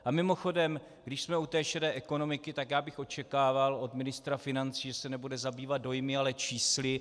A mimochodem, když jsme u té šedé ekonomiky, tak já bych očekával od ministra financí, že se nebude zabývat dojmy, ale čísly.